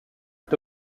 est